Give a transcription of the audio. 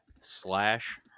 slash